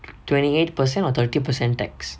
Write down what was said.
twenty eight percent or thirty percent tax